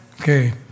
Okay